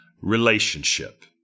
relationship